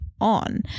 on